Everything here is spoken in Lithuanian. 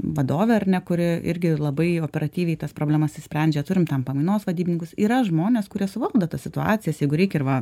vadovę ar ne kuri irgi labai operatyviai tas problemas išsprendžia turime tam pamainos vadybininkus yra žmonės kurie suvaldo tas situacijosjeigu reikia ir va